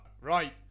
right